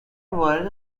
وارد